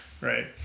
right